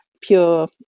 pure